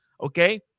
okay